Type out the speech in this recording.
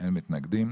אין מתנגדים.